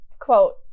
quote